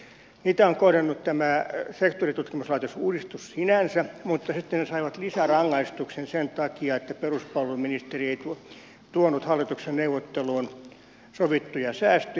niitä on kohdannut tämä sektoritutkimuslaitosuudistus sinänsä mutta sitten ne saivat lisärangaistuksen sen takia että peruspalveluministeri ei tuonut hallituksen neuvotteluun sovittuja säästöjä